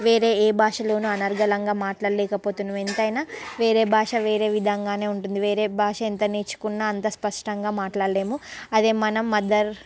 వేరే ఏ భాషలోను అనర్గళంగా మాట్లాడలేకపోతున్నాము ఎంతైనా వేరే భాష వేరే విధంగానే ఉంటుంది వేరే భాష ఎంత నేర్చుకున్న అంత స్పష్టంగా మాట్లాడలేము అదే మనం మదర్